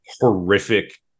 horrific